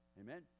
Amen